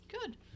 Good